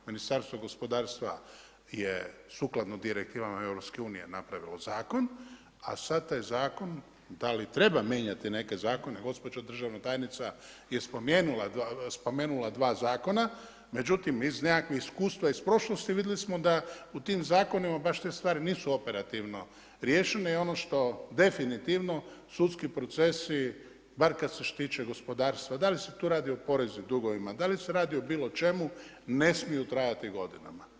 Ministarstvo gospodarstva je sukladno direktivama EU-a napravilo zakon, a sad taj zakon da li treba mijenjati neke zakone, gospođa državna tajnica je spomenula dva zakona, međutim iz nekakvih iskustva iz prošlosti vidjeli smo da u tim zakonima baš te stvari nisu operativo riješene i ono što definitivno sudski procesi, bar kad se tiče gospodarstva, da li se tu radi o poreznim dugovima, da li o bilo čemu, ne smiju trajati godinama.